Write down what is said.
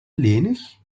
lenig